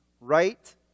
right